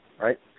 right